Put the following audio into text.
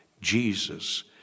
Jesus